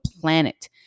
planet